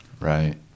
right